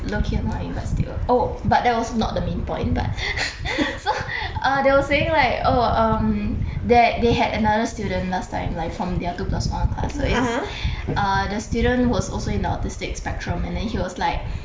low key annoying but still oh but that was not the main point but so uh they were saying right oh um that they had another student last time like from their two plus one class uh the student was also in the autistic spectrum and then he was like